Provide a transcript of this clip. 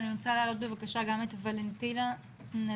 אני רוצה להעלות בבקשה גם את ולנטינה שלום,